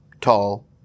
tall